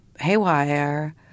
haywire